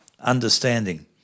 Understanding